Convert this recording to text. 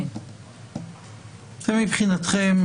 מבחינתכם